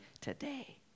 today